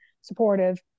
supportive